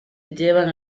llevan